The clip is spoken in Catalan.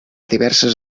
diverses